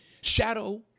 Shadow